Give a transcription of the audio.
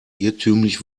irrtümlich